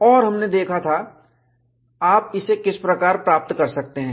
और हमने देखा था आप इसे किस प्रकार प्राप्त कर सकते हैं